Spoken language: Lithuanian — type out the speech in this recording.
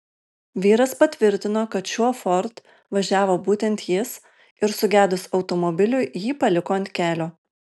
vyras patvirtino kad šiuo ford važiavo būtent jis ir sugedus automobiliui jį paliko ant kelio